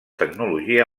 tecnologia